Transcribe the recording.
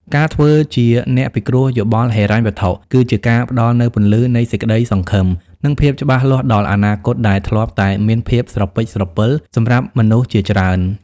ការធ្វើជាអ្នកពិគ្រោះយោបល់ហិរញ្ញវត្ថុ គឺជាការផ្ដល់នូវពន្លឺនៃសេចក្ដីសង្ឃឹម និងភាពច្បាស់លាស់ដល់អនាគតដែលធ្លាប់តែមានភាពស្រពិចស្រពិលសម្រាប់មនុស្សជាច្រើន។